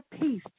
peace